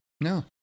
No